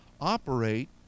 operate